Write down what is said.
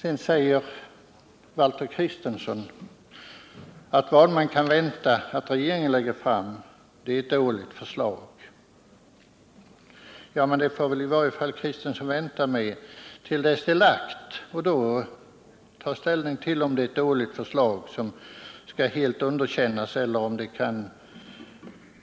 Sedan säger Valter Kristenson att man kan vänta att regeringen lägger fram ett dåligt förslag. Men Valter Kristenson får väl vänta tills förslaget är lagt innan han tar ställning till om det är dåligt och bör underkännas helt eller om det kan